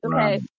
okay